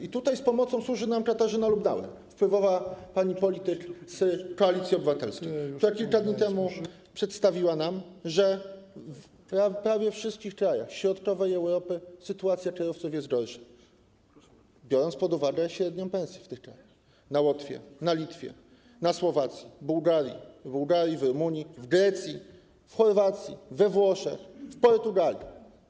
I tutaj z pomocą służy nam Katarzyna Lubnauer, wpływowa pani polityk z Koalicji Obywatelskiej, która kilka dni temu przedstawiła nam, że w prawie wszystkich krajach środkowej Europy sytuacja kierowców jest gorsza, biorąc pod uwagę średnią pensję w tych krajach - na Łotwie, na Litwie, na Słowacji, w Bułgarii, w Rumunii, w Grecji, w Chorwacji, we Włoszech, w Portugalii.